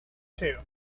too